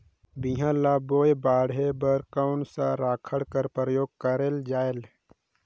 बिहान ल बोये बाढे बर कोन सा राखड कर प्रयोग करले जायेल?